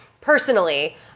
personally